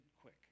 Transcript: quick